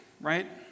right